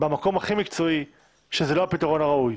במקום הכי מקצועי שזה לא הפתרון הראוי.